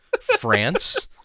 France